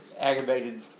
aggravated